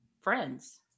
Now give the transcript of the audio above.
friends